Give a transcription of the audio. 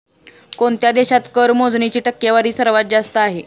कोणत्या देशात कर मोजणीची टक्केवारी सर्वात जास्त आहे?